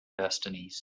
destinies